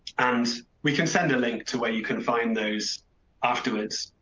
and we can send a link to where you can find those afterwards.